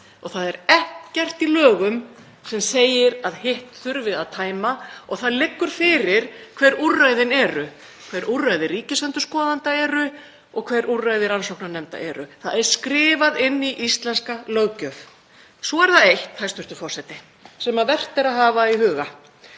og það er ekkert í lögum sem segir að hitt þurfi að tæma. Það liggur fyrir hver úrræðin eru, hver úrræði ríkisendurskoðanda eru og hver úrræði rannsóknarnefnda eru. Það er skrifað inn í íslenska löggjöf. Svo er eitt, hæstv. forseti, sem vert er að hafa í huga.